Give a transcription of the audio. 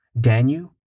Danu